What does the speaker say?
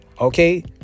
Okay